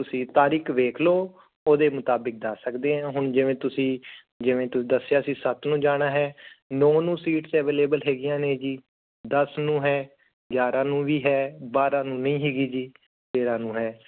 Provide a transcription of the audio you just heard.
ਤੁਸੀਂ ਤਾਰੀਕ ਵੇਖ ਲਓ ਉਹਦੇ ਮੁਤਾਬਿਕ ਦੱਸ ਸਕਦੇ ਹਾਂ ਹੁਣ ਜਿਵੇਂ ਤੁਸੀਂ ਜਿਵੇਂ ਤੁਸੀਂ ਦੱਸਿਆ ਸੀ ਸੱਤ ਨੂੰ ਜਾਣਾ ਹੈ ਨੌਂ ਨੂੰ ਸੀਟਸ ਅਵੇਲੇਬਲ ਹੈਗੀਆਂ ਨੇ ਜੀ ਦਸ ਨੂੰ ਹੈ ਗਿਆਰ੍ਹਾਂ ਨੂੰ ਵੀ ਹੈ ਬਾਰ੍ਹਾਂ ਨੂੰ ਨਹੀਂ ਹੈਗੀ ਜੀ ਤੇਰ੍ਹਾਂ ਨੂੰ ਹੈ